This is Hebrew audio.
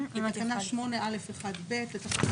"תיקון תקנה 8א1 בתקנה 8א1(ב) לתקנות